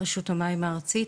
רשות המים הארצית,